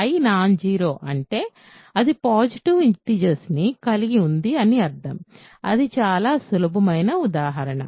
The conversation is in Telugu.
I నాన్ జీరో అంటే అది పాజిటివ్ ఇంటిజెర్స్ ని కలిగి ఉంది అని అర్థం అది చాలా సులభమైన ఉదాహరణ